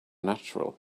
natural